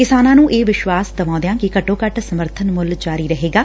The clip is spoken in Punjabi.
ਕਿਸਾਨਾਂ ਨੂੰ ਇਹ ਵਿਸ਼ਵਾਸ ਦਵਾਉਦਿਆਂ ਕਿ ਘੱਟੋ ਘੱਟ ਸਮਰਬਨ ਮੁੱਲ ਜਾਰੀ ਰਹੇਗਾ